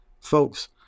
Folks